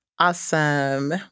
Awesome